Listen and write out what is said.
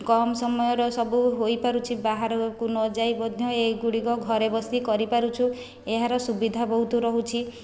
କମ୍ ସମୟରେ ସବୁ ହୋଇପାରୁଛି ବାହାରକୁ ନଯାଇ ମଧ୍ୟ ଏଗୁଡ଼ିକ ଘରେ ବସି କରିପାରୁଛୁ ଏହାର ସୁବିଧା ବହୁତ ରହୁଛି